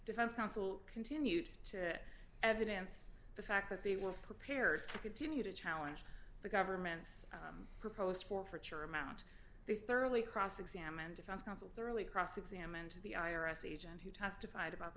defense counsel continued to evidence the fact that they were prepared to continue to challenge the government's proposed forfeiture amount they thoroughly cross examined defense counsel thoroughly cross examined the i r s agent who testified about the